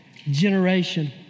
generation